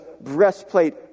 breastplate